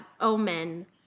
omen